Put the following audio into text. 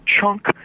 chunk